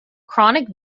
chronic